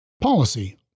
policy